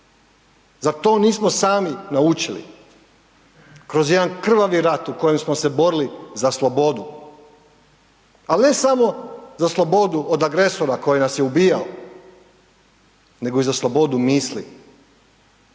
Zar to nismo sami naučili kroz jedan krvavi rat u kojem smo se borili za slobodu? Ali ne samo za slobodu od agresora koji nas je ubija. Nego i za slobodu misli.